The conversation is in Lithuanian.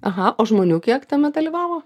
aha o žmonių kiek tame dalyvavo